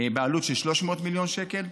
בעלות של 300 מיליון שקל.